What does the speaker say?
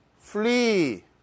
flee